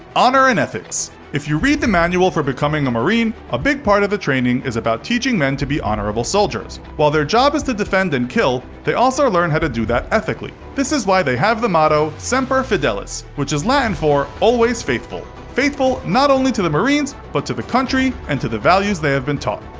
honor and ethics if you read the manual for becoming a marine a big part of the training is about teaching men to be honorable soldiers. while their job is to defend and kill, they also learn how to do that ethically. this is why they have the motto semper fidelis, which is latin for always faithful. faithful not only to the marines, but to the country and to the values they have been taught.